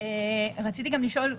רציתי גם לשאול,